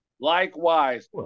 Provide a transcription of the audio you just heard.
Likewise